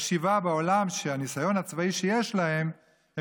חשיבה בעולם שעם הניסיון הצבאי שיש להם הם